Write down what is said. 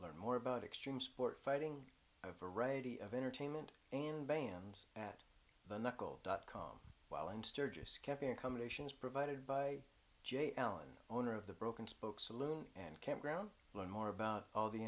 learn more about extreme sport fighting a variety of entertainment and bans at the local dot com while in sturgis keping accommodations provided by jay allen owner of the broken spokes saloon and campground learn more about all the